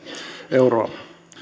euroa